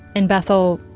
in bethel,